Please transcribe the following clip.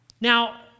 now